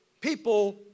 people